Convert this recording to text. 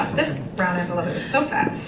this brown envelope, it was so fat.